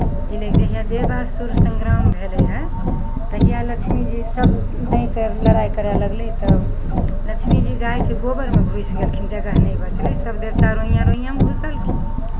अयलै जहिया देवासुर सङ्ग्राम भेलै रहय तहिया लक्ष्मीजी सभ दैत्य अर लड़ाइ करय लगलै तब लक्ष्मीजी गायके गोबरमे घुइस गेलखिन जगह नहि बचलै सभ देवता रोइआँ रोइआँमे घुसलखिन